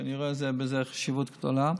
שאני רואה בזה חשיבות גדולה,